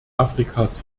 afrikas